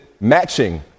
matching